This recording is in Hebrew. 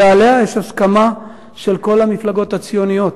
שעליה יש הסכמה של כל המפלגות הציוניות.